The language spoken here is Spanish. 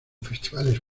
festivales